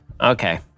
Okay